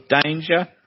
danger